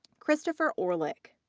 christopher orlich.